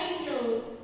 angels